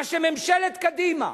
מה שממשלת קדימה,